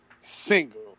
single